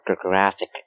graphic